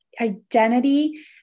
identity